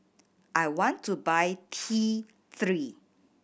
I want to buy T Three